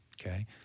okay